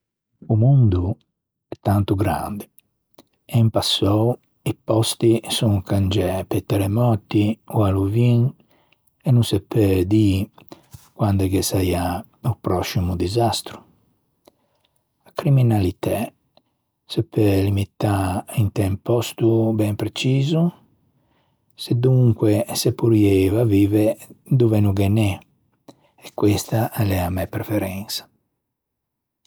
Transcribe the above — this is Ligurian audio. O mondo o l'é tanto grande e in passou i pòsti son cangiæ pe terremotti ò alluvioin e no se peu dî quande ghe saià o pròscimo disastro. A criminalitæ se peu limitâ inte un pòsto ben preciso sedonque se porrieiva vive dove no ghe n'é e questa a l'é a mæ preferensa.